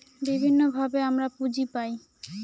বিভিন্নভাবে আমরা পুঁজি পায়